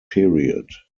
period